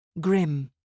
Grim